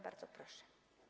Bardzo proszę.